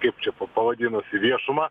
kaip čia pa pavadinus į viešumą